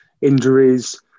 injuries